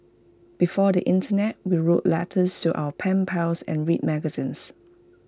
before the Internet we wrote letters to our pen pals and read magazines